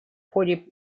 ходе